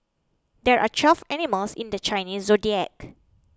there are twelve animals in the Chinese zodiac